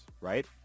right